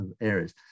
areas